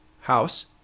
house